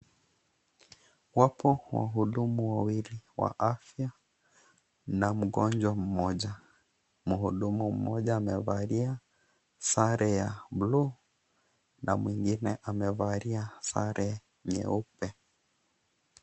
Wapo wahudumu wawili wa afya na mgonjwa mmoja. Mhudumu mmoja amevalia sare ya bluu na mwingine amevalia sare nyeupe.